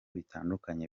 bitandukanye